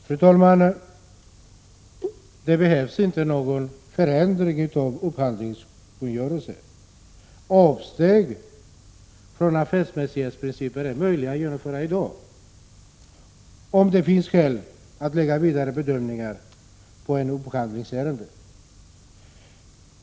Fru talman! Det behövs ingen förändring av upphandlingskungörelsen. Avsteg från affärsmässighetsprincipen är möjliga att genomföra redan nu, om det finns skäl att lägga vidare bedömningar på ett upphandlingsärende.